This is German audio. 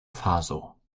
faso